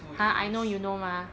!huh! I know you know mah